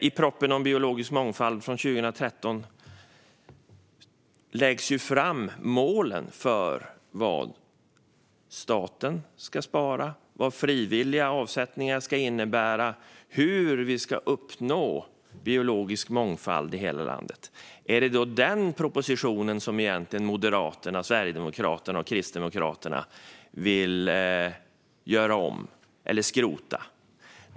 I propositionen om biologisk mångfald från 2013 lade man fram målen för vad staten ska spara, vad frivilliga avsättningar ska innebära och hur vi ska uppnå biologisk mångfald i hela landet. Är det egentligen den propositionen som Moderaterna, Sverigedemokraterna och Kristdemokraterna vill göra om - eller skrota?